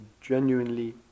genuinely